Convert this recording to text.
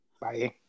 Bye